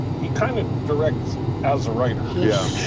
he kind of directs as a writer. yeah